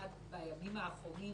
במיוחד בימים האחרונים,